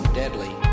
deadly